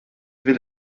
will